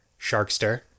Sharkster